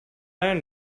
nein